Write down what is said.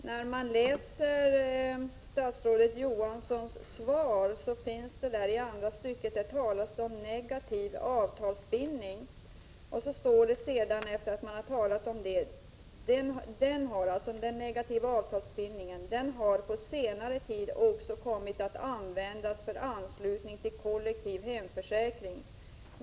Herr talman! I statsrådet Johanssons svar talas om negativ avtalsbindning. Därstår: ”Den har på senare tid också kommit att användas för anslutning till kollektiv hemförsäkring.